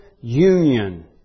union